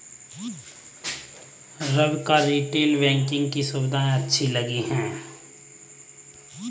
रवि को retail banking की सुविधाएं अच्छी लगी